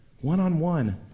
one-on-one